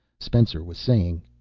spencer was saying,